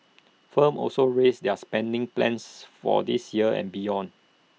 firms also raised their spending plans for this year and beyond